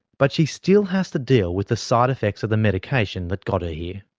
but she still has to deal with the side-effects of the medication that got her here.